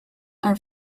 are